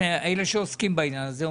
אלה שעוסקים בעניין הזה,